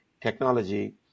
technology